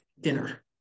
dinner